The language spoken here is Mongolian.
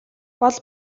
бол